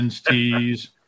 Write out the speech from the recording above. tees